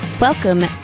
Welcome